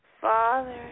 Father